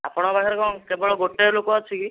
ଆପଣଙ୍କ ପାଖରେ କଣ କେବଳ ଗୋଟେ ଲୋକ ଅଛି କି